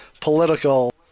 political